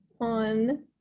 on